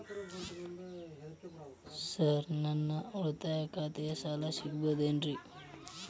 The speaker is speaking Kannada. ಸರ್ ನನ್ನ ಉಳಿತಾಯ ಖಾತೆಯ ಸಾಲ ಸಿಗಬಹುದೇನ್ರಿ?